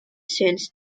sends